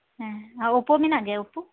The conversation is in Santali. ᱦᱮᱸ ᱟᱨ ᱳᱯᱳ ᱢᱮᱱᱟᱜ ᱜᱮᱭᱟ ᱳᱯᱳ